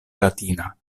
latina